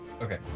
Okay